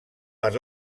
per